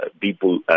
people